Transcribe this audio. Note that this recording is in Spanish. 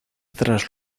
tras